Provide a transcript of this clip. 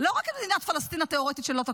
לא רק את מדינת פלסטין התיאורטית שלא תקום.